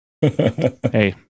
hey